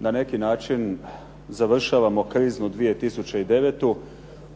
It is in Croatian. na neki način završavamo kriznu 2009.